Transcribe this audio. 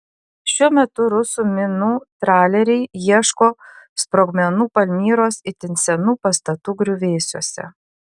šiuo metu rusų minų traleriai ieško sprogmenų palmyros itin senų pastatų griuvėsiuose